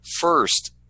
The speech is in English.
first